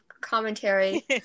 commentary